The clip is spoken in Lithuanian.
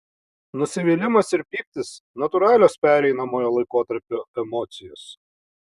nusivylimas ir pyktis natūralios pereinamojo laikotarpio emocijos